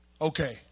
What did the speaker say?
okay